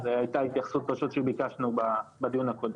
הייתה כבר התייחסות פשוט, שביקשנו בדיון הקודם.